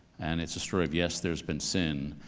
and it's a story of, yes there's been sin,